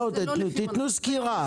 חברים, בואו, תתנו סקירה.